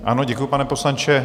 Ano, děkuji, pane poslanče.